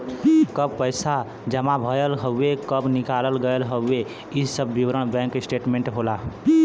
कब पैसा जमा भयल हउवे कब निकाल गयल हउवे इ सब विवरण बैंक स्टेटमेंट होला